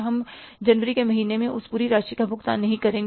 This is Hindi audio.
हम जनवरी के महीने में उस पूरी राशि का भुगतान नहीं करेंगे